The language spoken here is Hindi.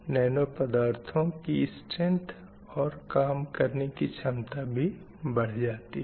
नैनो पदार्थों की स्ट्रेंक्थ और काम करने की क्षमता भी बढ़ जाती है